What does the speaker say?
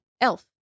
elf